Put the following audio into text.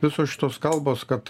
visos šitos kalbos kad